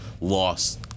lost